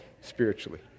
spiritually